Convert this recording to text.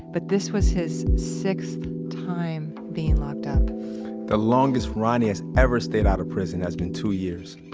but this was his sixth time being locked up the longest ronnie has ever stayed out of prison has been two years